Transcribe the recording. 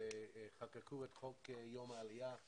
חוקקו את חוק יום העלייה.